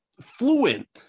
fluent